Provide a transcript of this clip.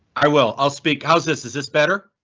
i will. i'll speak how's this? is this better,